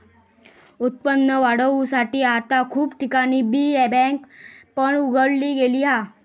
उत्पन्न वाढवुसाठी आता खूप ठिकाणी बी बँक पण उघडली गेली हा